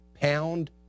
pound